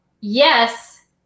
Yes